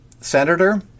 senator